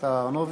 אדוני